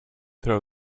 throw